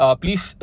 please